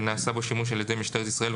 שנעשה בו שימוש על ידי משטרת ישראל,